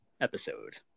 episode